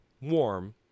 warm